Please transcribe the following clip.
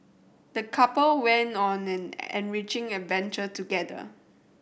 the couple went on an enriching adventure together